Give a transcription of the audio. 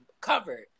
covered